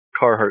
Carhartt